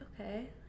okay